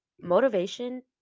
Motivation